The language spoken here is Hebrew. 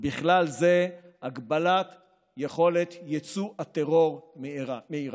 ובכלל זה הגבלת יכולת יצוא הטרור מאיראן.